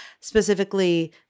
Specifically